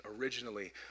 originally